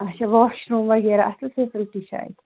اچھا washroom وغیرہ اَصٕل فیسَلٹی چھےٚ اَتہِ